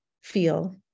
feel